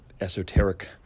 esoteric